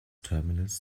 terminals